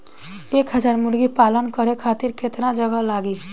एक हज़ार मुर्गी पालन करे खातिर केतना जगह लागी?